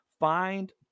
find